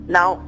Now